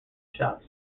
shops